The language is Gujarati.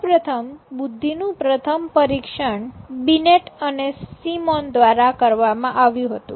સૌપ્રથમ બુદ્ધિ નું પ્રથમ પરીક્ષણ બિનેટ અને સિમોન દ્વારા કરવામાં આવ્યું હતું